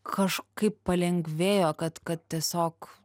kažkaip palengvėjo kad kad tiesiog